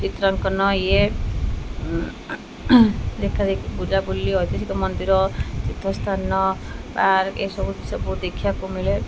ଚିତ୍ରାଙ୍କନ ଇଏ ଦେଖାଦେଖି ବୁଲାବୁଲି ଐତିହାସିକ ମନ୍ଦିର ତୀର୍ଥସ୍ଥାନ ପାର୍କ ଏସବୁ ସବୁ ଦେଖିବାକୁ ମିଳେ